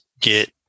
get